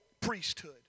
priesthood